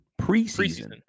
preseason